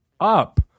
up